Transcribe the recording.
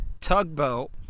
tugboat